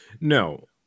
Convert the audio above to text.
No